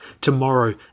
Tomorrow